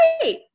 great